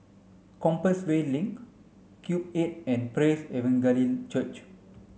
Compassvale Link Cube eight and Praise Evangelical Church